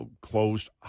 closed